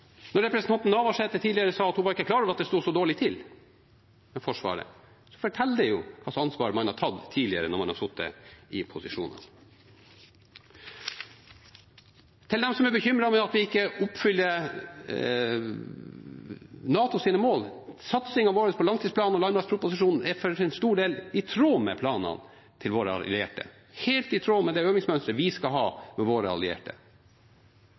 Når representanten Navarsete tidligere sa at hun ikke var klar over at det sto så dårlig til med Forsvaret, forteller det hva slags ansvar man har tatt tidligere når man har sittet i posisjon. Til dem som er bekymret over at vi ikke oppfyller NATOs mål: Satsingen vår på langtidsplanen og landmaktproposisjonen er for en stor del i tråd med planene til våre allierte – helt i tråd med det øvingsmønsteret vi skal ha med våre allierte.